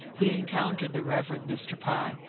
he encountered the rev. mr. pye,